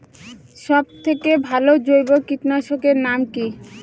সব থেকে ভালো জৈব কীটনাশক এর নাম কি?